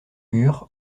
mur